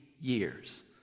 years